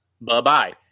Bye-bye